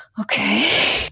okay